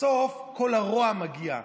בסוף כל הרוע מגיע.